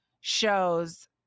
shows